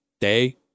day